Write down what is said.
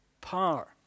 power